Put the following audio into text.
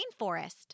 rainforest